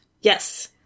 Yes